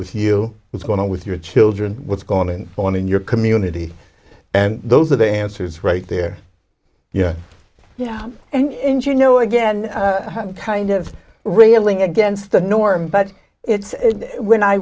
with you what's going on with your children what's going on in your community and those are the answers right there yeah yeah and you know again kind of railing against the norm but it's when i